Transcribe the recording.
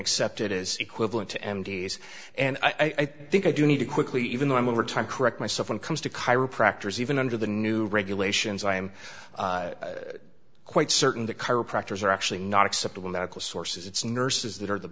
accepted as equivalent to m d s and i think i do need to quickly even though i'm over time correct myself when it comes to chiropractors even under the new regulations i am quite certain that chiropractors are actually not acceptable medical sources it's nurses that are the